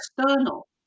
external